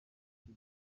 icyo